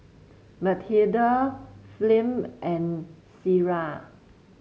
Mathilda Flem and Cierra